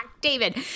David